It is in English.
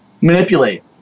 manipulate